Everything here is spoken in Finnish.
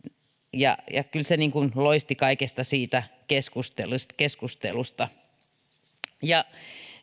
kyllä se niin kuin loisti kaikesta siitä keskustelusta